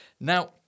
Now